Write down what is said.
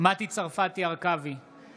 מטי צרפתי הרכבי, נגד יצחק